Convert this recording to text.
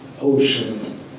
ocean